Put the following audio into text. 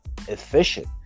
efficient